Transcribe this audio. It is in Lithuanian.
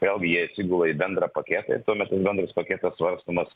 vėl gi jie atsigula į bendrą paketą ir tuo metu bendras paketas svarstomas